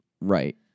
Right